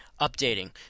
updating